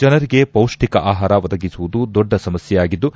ಜನರಿಗೆ ಪೌಷ್ಲಿಕ ಆಹಾರ ಒದಗಿಸುವುದು ದೊಡ್ಡ ಸಮಸ್ಯೆಯಾಗಿದ್ದು